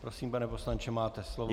Prosím, pane poslanče, máte slovo.